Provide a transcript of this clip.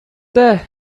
there